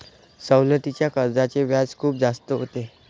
सवलतीच्या कर्जाचे व्याज खूप जास्त होते